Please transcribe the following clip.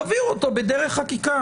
תביאו אותו בדרך חקיקה.